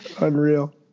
Unreal